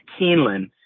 Keeneland